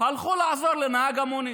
הלכו לעזור לנהג המונית.